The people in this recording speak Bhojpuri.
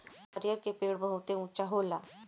नरियर के पेड़ बहुते ऊँचा होला